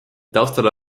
taustale